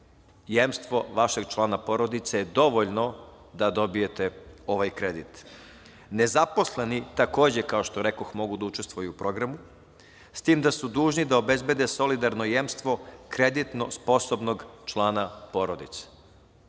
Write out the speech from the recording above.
jemstvo vašeg člana porodice je dovoljno da dobijete ovaj kredit. Nezaposleni takođe kao što rekoh mogu da učestvuju u programu, s tim što su dužni da obezbede solidarno jemstvo kreditno sposobnog člana porodice.